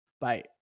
Bye